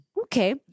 Okay